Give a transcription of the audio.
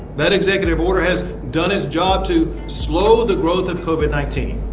that executive order has done its job to slow the growth of covid nineteen,